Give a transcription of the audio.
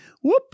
Whoop